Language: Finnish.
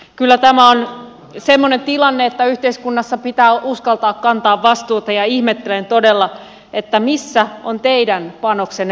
kyllä tämä on semmoinen tilanne että yhteiskunnassa pitää uskaltaa kantaa vastuuta ja ihmettelen todella missä on teidän panoksenne vastuunkannosta